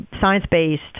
science-based